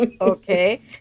Okay